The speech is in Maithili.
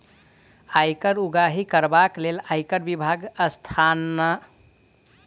आयकर उगाही करबाक लेल आयकर विभागक स्थापना कयल गेल अछि